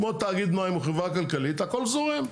כמו תאגיד מים או חברה כלכלית הכל זורם.